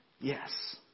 Yes